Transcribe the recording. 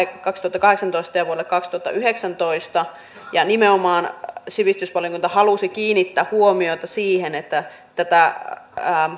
kaksituhattakahdeksantoista ja vuodelle kaksituhattayhdeksäntoista nimenomaan sivistysvaliokunta halusi kiinnittää huomiota siihen että tätä